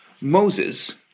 Moses